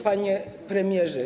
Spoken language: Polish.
Panie Premierze!